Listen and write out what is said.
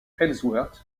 ellsworth